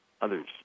others